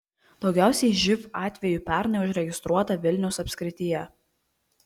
daugiausiai živ atvejų pernai užregistruota vilniaus apskrityje